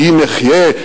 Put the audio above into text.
ואם אחיה,